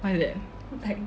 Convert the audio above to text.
why like that